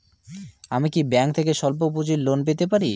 আমি কি ব্যাংক থেকে স্বল্প পুঁজির লোন পেতে পারি?